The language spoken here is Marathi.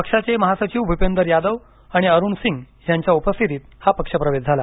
पक्षाचे महासचिव भूपेंदर यादव आणि अरुण सिंग यांच्या उपस्थितीत हा पक्ष प्रवेश झाला